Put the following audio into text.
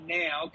now